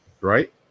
Right